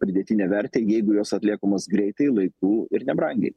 pridėtinę vertę jeigu jos atliekamos greitai laiku ir nebrangiai